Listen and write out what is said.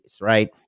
right